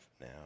now